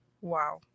Wow